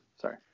Sorry